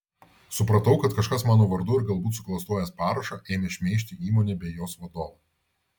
supratau kad kažkas mano vardu ir galbūt suklastojęs parašą ėmė šmeižti įmonę bei jos vadovą